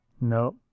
Nope